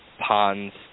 ponds